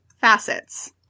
Facets